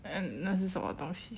那是什么东西